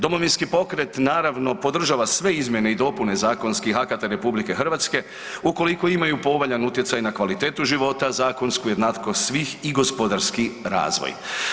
Domovinski pokret naravno podržava sve izmjene i dopune zakonskih akata RH ukoliko imaju povoljan utjecaj na kvalitetu života, zakonsku jednakost svih i gospodarski razvoj.